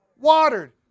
Watered